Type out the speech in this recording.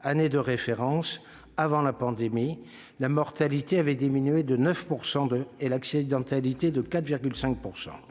année de référence avant la pandémie, la mortalité avait diminué de 9 % et l'accidentalité, de 4,5 %.